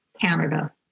Canada